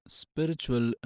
spiritual